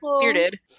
bearded